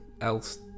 else